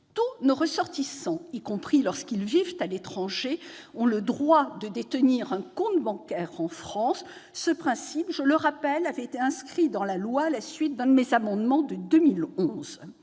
Tous nos ressortissants, y compris lorsqu'ils vivent à l'étranger, ont le droit de détenir un compte bancaire en France. Ce principe- je le rappelle-avait été inscrit dans la loi à la suite de l'adoption de l'un de mes amendements en 2011.